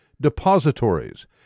depositories